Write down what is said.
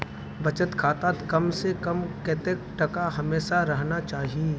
बचत खातात कम से कम कतेक टका हमेशा रहना चही?